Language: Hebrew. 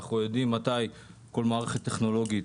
אנחנו יודעים מתי כל מערכת טכנולוגית